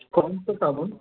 کون سا صابن